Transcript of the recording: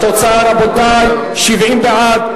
התוצאה, רבותי, 70 בעד,